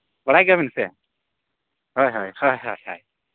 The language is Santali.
ᱵᱟᱲᱟᱭ ᱜᱮᱭᱟ ᱵᱤᱱ ᱥᱮ ᱦᱳᱭ ᱦᱳᱭ ᱦᱳᱭ ᱦᱳᱭ ᱦᱳᱭ